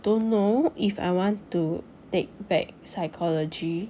don't know if I want to take back psychology